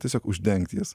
tiesiog uždengt jas